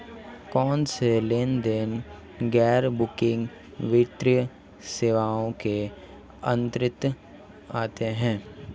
कौनसे लेनदेन गैर बैंकिंग वित्तीय सेवाओं के अंतर्गत आते हैं?